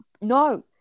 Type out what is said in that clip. No